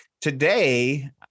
Today